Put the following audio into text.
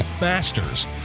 masters